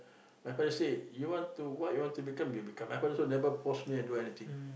my father say you want to what you want to become you become